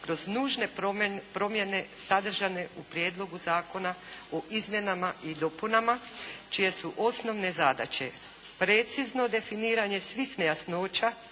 kroz nužne promjene sadržane u Prijedlogu Zakona u izmjenama i dopunama čije su osnovne zadaće precizno definiranje svih nejasnoća